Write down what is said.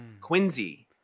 Quincy